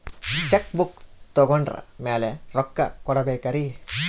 Check book ತೊಗೊಂಡ್ರ ಮ್ಯಾಲೆ ರೊಕ್ಕ ಕೊಡಬೇಕರಿ?